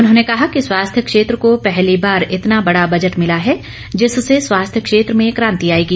उन्होंने कहा कि स्वास्थ्य क्षेत्र को पहली बार इतना बड़ा बजट मिला है जिससे स्वास्थ्य क्षेत्र में कांति आएगी